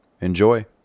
Enjoy